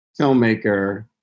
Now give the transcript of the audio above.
filmmaker